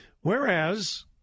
Whereas